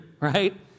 right